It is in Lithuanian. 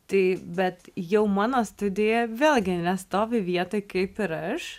tai bet jau mano studija vėlgi nestovi vietoj kaip ir aš